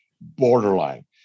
borderline